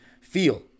feel